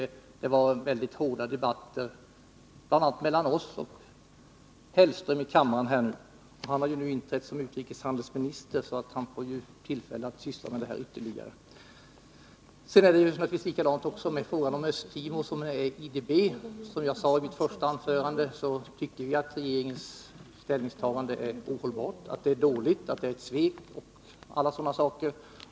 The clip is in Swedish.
Det var mycket hårda debatter, bl.a. mellan oss. Mats Hellström är i kammaren nu. Han har ju nu inträtt som utrikeshandelsminister, så han får tillfälle att syssla med det här ytterligare. Sedan är det naturligtvis likadant med frågan om Östtimor som med frågan om IDB. Som jag sade i mitt första anförande, tycker vi att regeringens ställningstagande är ohållbart, att det är dåligt, att det är ett svek osv.